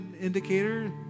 indicator